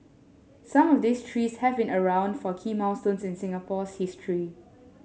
some of these trees have been around for key milestones in Singapore's history